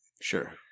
Sure